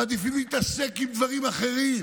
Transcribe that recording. מעדיפים להתעסק עם דברים אחרים.